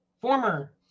former